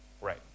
right